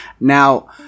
Now